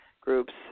groups